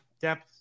depth